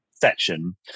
Section